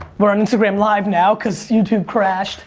we're on instagram live now cause youtube crashed